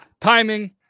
timing